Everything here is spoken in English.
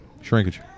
Shrinkage